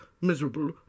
Miserable